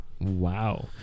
Wow